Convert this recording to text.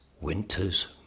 Winter's